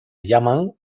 llaman